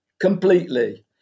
completely